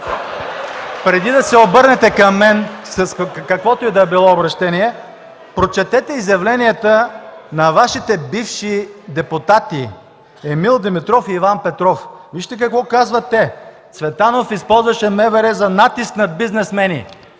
преди да се обърнете към мен, с каквото и да било обръщение, прочетете изявленията на Вашите бивши депутати Емил Димитров и Иван Петров. Вижте какво казват те: „Цветанов използваше МВР за натиск над бизнесмени”!